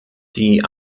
die